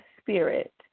spirit